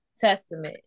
testament